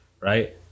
right